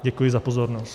Děkuji za pozornost.